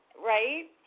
right